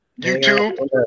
YouTube